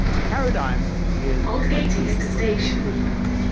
paradigm is like keeping a person in a prison,